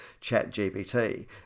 ChatGPT